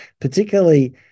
particularly